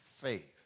faith